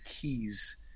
keys